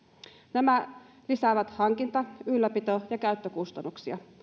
nämä lisäävät hankinta ylläpito ja käyttökustannuksia